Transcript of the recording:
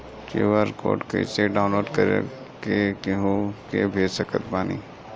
QR code कइसे download कर के केहु के भेज सकत बानी?